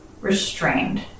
restrained